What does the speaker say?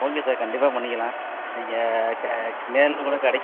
okay sir கண்டிப்பாக பண்ணிக்கலாம் நீங்கள் இப்போ நேரில் கூட கடைக்கு